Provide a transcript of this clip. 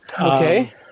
Okay